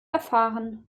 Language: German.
erfahren